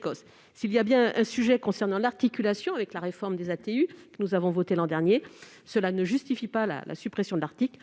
besoins. Il y a bien un sujet concernant l'articulation avec la réforme des ATU, que nous avons votée l'an dernier, mais cela ne justifie pas la suppression de l'article.